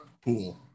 pool